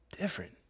different